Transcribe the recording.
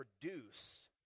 produce